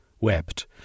wept